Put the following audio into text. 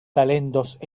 talentos